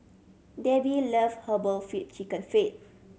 Debbi love herbal feet Chicken Feet